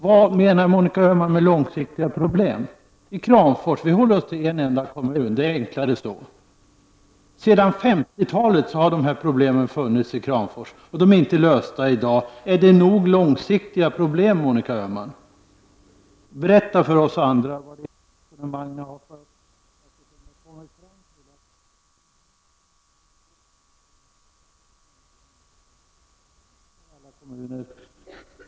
Vad menar Monica Öhman med långsiktiga problem i Kramfors? Vi håller oss till en enda kommun, det blir enklare så. Sedan 1950-talet har dessa problem funnits i Kramfors, och de är inte lösta i dag. Är dessa problem nog långsiktiga, Monica Öhman? Berätta för oss andra vad det är för resonemang ni har fört. Ena månaden finns stora problem och kommunen skall prioriteras högst av alla kommuner.